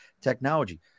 technology